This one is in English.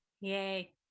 yay